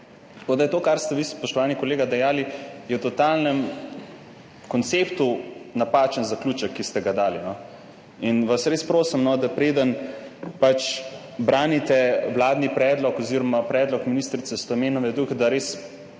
to, kar ste vi, spoštovani kolega, dejali, je v totalnem konceptu napačen zaključek, ki ste ga dali. In vas res prosim, da preden branite vladni predlog oziroma predlog ministrice Stojmenove Duh, da se